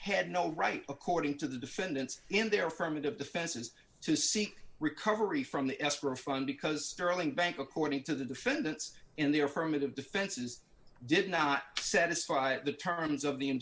had no right according to the defendants in their formative defenses to seek recovery from the escrow fund because carolynn bank according to the defendants in the affirmative defenses did not satisfy the terms of the